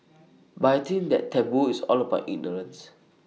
but I think that taboo is all about ignorance